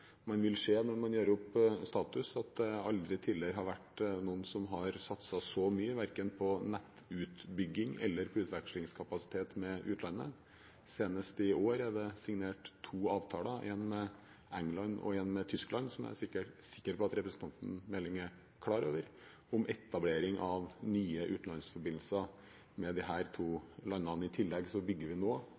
Man vil se når man gjør opp status, at det aldri tidligere har vært noen som har satset så mye, verken på nettutbygging eller på utvekslingskapasitet med utlandet. Senest i år er det signert to avtaler, én med England og én med Tyskland, og jeg er sikker på at representanten Meling er klar over etableringen av nye utenlandsforbindelser med disse to landene. I tillegg bygger vi nå